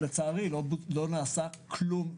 אני לא אגיד שלא נעשה כלום,